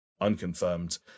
unconfirmed